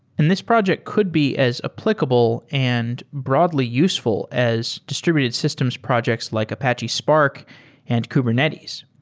and this project could be as applicable and broadly useful as distributed systems projects like apache spark and kubernetes.